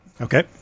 Okay